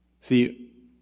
See